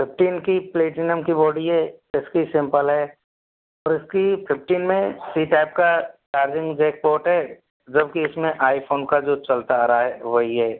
fifteen की platinum की body है इसकी सिंपल है और उसकी फ़िफ्टीन में सी टाइप का चार्जिंग जैकपोट है जब कि इस में आईफ़ोन का जो चलता आ रहा है वही है